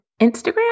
Instagram